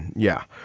yeah.